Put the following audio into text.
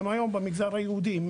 גם במגזר היהודי,